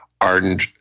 ardent